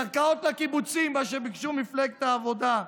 קרקעות הקיבוצים, מה שביקשו במפלגת העבודה,